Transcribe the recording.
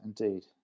indeed